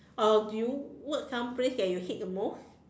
or do you work some place that you hate the most